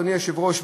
אדוני היושב-ראש,